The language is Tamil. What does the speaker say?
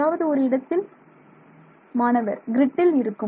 ஏதாவது ஒரு இடத்தில் மாணவர் கிரிட்டில்இருக்கும்